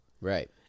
Right